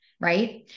right